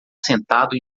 sentado